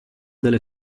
delle